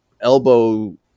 Elbow